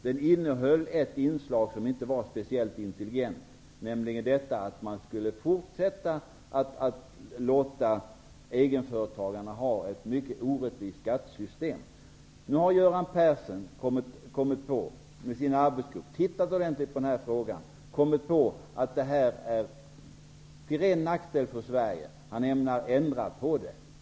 Den innehöll ett inslag som inte var speciellt intelligent, nämligen att man skulle fortsätta med ett mycket orättvist skattesystem för egenföretagarna. Nu har Göran Persson och hans arbetsgrupp sett ordentligt på den frågan och kommit på att systemet är en ren nackdel för Sverige. Han ämnar ändra på det.